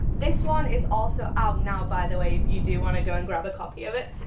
this one is also out now by the way if you do want to go and grab a copy of it.